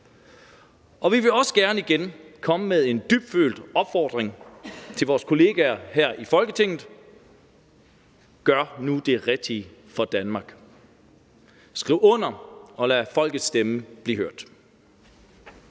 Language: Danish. Og vi vil også gerne igen komme med en dybfølt opfordring til vores kollegaer her i Folketinget: Gør nu det rigtige for Danmark, skriv under, og lad folkets stemme blive hørt.